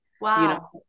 Wow